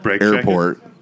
airport